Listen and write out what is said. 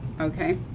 okay